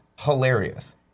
hilarious